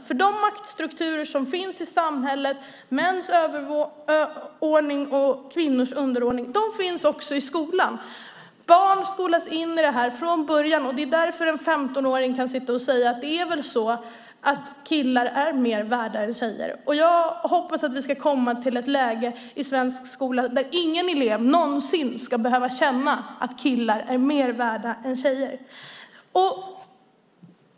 För de maktstrukturer som finns i samhället, mäns överordning och kvinnors underordning, finns också i skolan. Barn skolas in i det här från början. Det är därför en 15-åring kan sitta och säga: Det är väl så att killar är mer värda än tjejer. Jag hoppas att vi ska komma till ett läge i svensk skola där ingen elev någonsin ska behöva känna att killar är mer värda än tjejer.